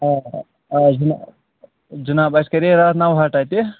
آ آ جِناب جِناب اَسہِ کَرے راتھ نَو ہاٹہ تہِ